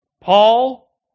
Paul